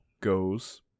goes